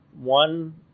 One